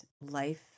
life